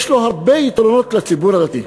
יש לו הרבה יתרונות מבחינת הציבור הדתי.